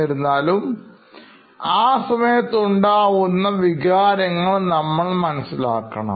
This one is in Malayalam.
എന്നിരുന്നാലും ആ സമയത്ത് ഉണ്ടാവുന്ന വികാരങ്ങൾ നമ്മൾ മനസ്സിലാക്കണം